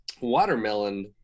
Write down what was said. Watermelon